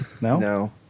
No